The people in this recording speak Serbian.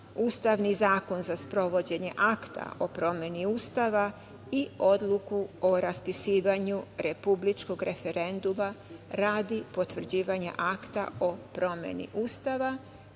Ustavni zakon za sprovođenje Akta o promeni Ustava i Odluku o raspisivanju republičkog referenduma radi potvrđivanja Akta o promeni Ustava,